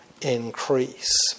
increase